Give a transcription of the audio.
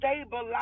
stabilize